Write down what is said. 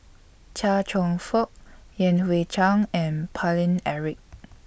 Chia Cheong Fook Yan Hui Chang and Paine Eric